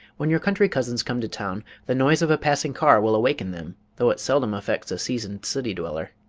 when your country cousins come to town, the noise of a passing car will awaken them, though it seldom affects a seasoned city dweller.